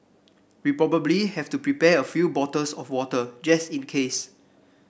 we probably have to prepare a few bottles of water just in case